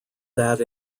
that